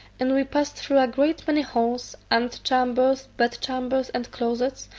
and we passed through a great many halls, ante-chambers, bed-chambers, and closets,